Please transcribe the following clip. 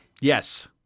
Yes